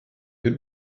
den